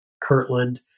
Kirtland